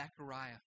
Zechariah